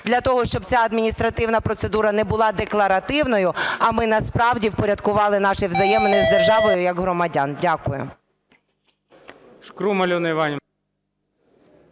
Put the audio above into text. для того, щоб ця адміністративна процедура не була декларативною, а ми насправді впорядкували наші взаємини з державою як громадяни. Дякую.